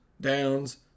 Downs